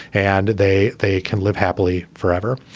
and they they can live happily forever.